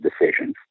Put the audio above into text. decisions